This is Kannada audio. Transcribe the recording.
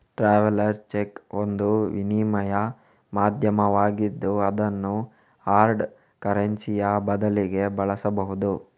ಟ್ರಾವೆಲರ್ಸ್ ಚೆಕ್ ಒಂದು ವಿನಿಮಯ ಮಾಧ್ಯಮವಾಗಿದ್ದು ಅದನ್ನು ಹಾರ್ಡ್ ಕರೆನ್ಸಿಯ ಬದಲಿಗೆ ಬಳಸಬಹುದು